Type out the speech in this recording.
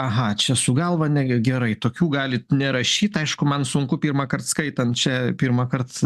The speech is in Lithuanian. aha čia su galva ne gerai tokių galit nerašyt aišku man sunku pirmąkart skaitant čia pirmąkart